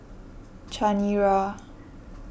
Chanira